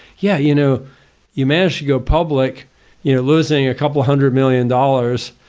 yeah you know you manage go public you know losing a couple hundred million dollars.